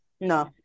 No